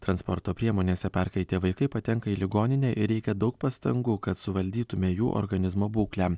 transporto priemonėse perkaitę vaikai patenka į ligoninę ir reikia daug pastangų kad suvaldytume jų organizmo būklę